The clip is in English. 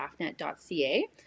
staffnet.ca